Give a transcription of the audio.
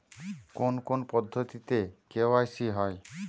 কোন কোন পদ্ধতিতে কে.ওয়াই.সি হয়?